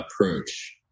approach